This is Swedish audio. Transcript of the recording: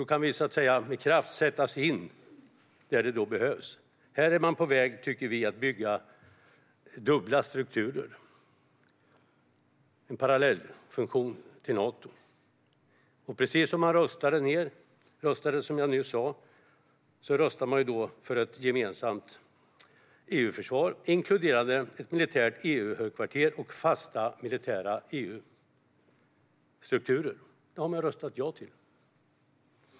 Då kan vi så att säga med kraft sättas in där det behövs. Här är man på väg att bygga dubbla strukturer, tycker vi. Det blir en parallellfunktion till Nato. Som jag nyss sa röstade ni för ett gemensamt EU-försvar, inkluderande ett militärt EU-högkvarter och fasta militära EU-strukturer. Detta har ni röstat ja till.